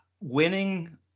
winning